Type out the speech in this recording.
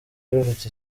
rufite